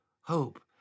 hope